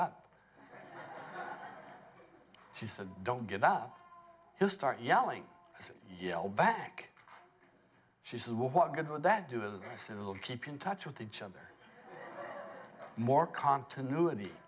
up she said don't get up here start yelling yell back she said well what good would that do that i said we'll keep in touch with each other more continuity